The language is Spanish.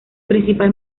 principal